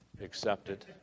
accepted